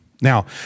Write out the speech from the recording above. Now